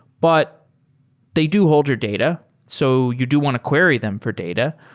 but they do hold your data. so you do want to query them for data.